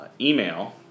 email